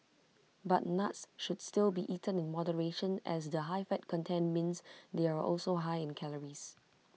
but nuts should still be eaten in moderation as the high fat content means they are also high in calories